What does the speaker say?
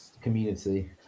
community